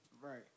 Right